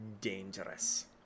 dangerous